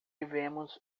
tivemos